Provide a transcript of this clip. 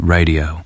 Radio